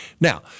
Now